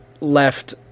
left